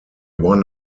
won